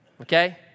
Okay